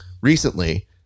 Recently